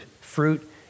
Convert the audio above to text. Fruit